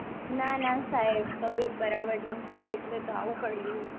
ના ના સાહેબ તબિયત બરાબર નથી એટલે તો આવવું પડ્યું